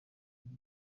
ndi